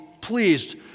pleased